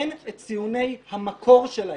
אין את ציוני המקור שלהם.